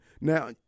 Now